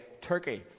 Turkey